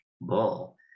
bull